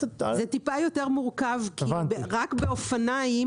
זה טיפה יותר מורכב כי רק באופניים